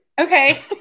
Okay